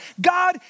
God